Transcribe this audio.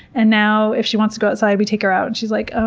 and now if she wants to go outside, we take her out and she's like, ah